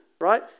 right